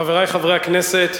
חברי חברי הכנסת,